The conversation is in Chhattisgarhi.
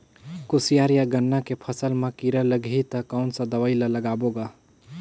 कोशियार या गन्ना के फसल मा कीरा लगही ता कौन सा दवाई ला लगाबो गा?